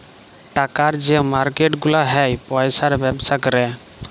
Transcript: টাকার যে মার্কেট গুলা হ্যয় পয়সার ব্যবসা ক্যরে